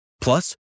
Plus